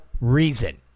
reason